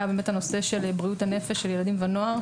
היה הנושא של בריאות הנפש של ילדים ונוער,